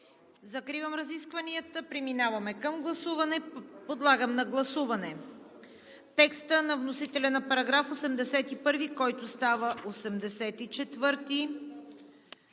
Закривам разискванията. Преминаваме към гласуване. Подлагам на гласуване текста на вносителя на § 81, който става §